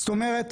זאת אומרת,